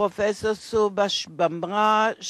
פרופסור סובהש בהמרה,